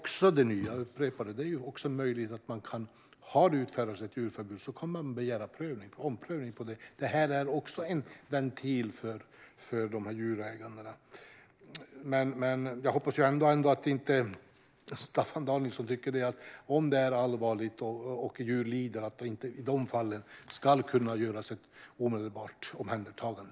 Jag upprepar att det nu finns en möjlighet att begära omprövning om det har utfärdats ett djurförbud. Det är också en ventil för de här djurägarna. Men jag hoppas ändå att Staffan Danielsson inte tycker att man inte, om det är allvarligt och djur lider, ska kunna göra ett omedelbart omhändertagande.